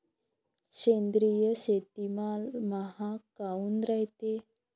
सेंद्रिय शेतीमाल महाग काऊन रायते?